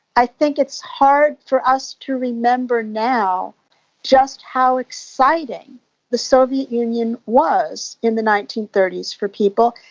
i think it's hard for us to remember now just how exciting the soviet union was in the nineteen thirty s for people,